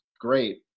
great